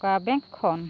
ᱚᱠᱟ ᱵᱮᱝᱠ ᱠᱷᱚᱱ